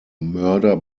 murder